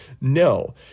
No